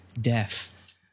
death